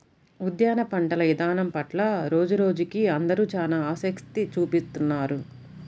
ఉద్యాన పంటల ఇదానం పట్ల రోజురోజుకీ అందరూ చానా ఆసక్తి చూపిత్తున్నారు